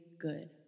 good